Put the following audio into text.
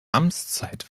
amtszeit